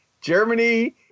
Germany